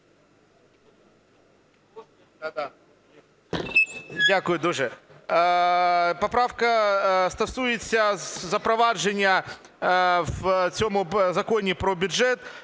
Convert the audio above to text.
Дякую дуже. Поправка стосується запровадження в цьому Законі про бюджет